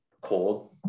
cold